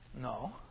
No